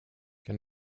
kan